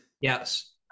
yes